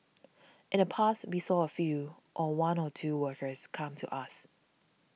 in the past we saw a few or one or two workers come to us